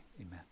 amen